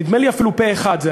נדמה לי אפילו שזה היה פה-אחד,